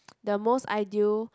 the most ideal